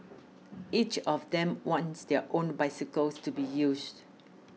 each of them wants their own bicycles to be used